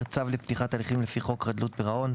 צו לפתיחת הליכים לפי חוק חדלות פירעון,